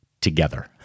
together